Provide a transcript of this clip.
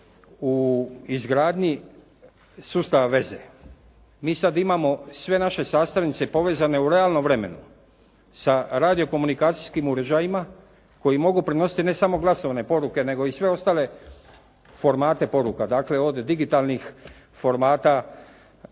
u izgradnji sustava veze. Mi sad imamo sve naše sastavnice povezane u realnom vremenu, sa radio-komunikacijskim uređajima koji mogu prenositi ne samo glasovne poruke nego i sve ostale formate poruka. Dakle, od digitalnih formata,